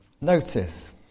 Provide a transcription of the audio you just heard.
notice